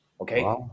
okay